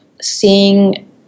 seeing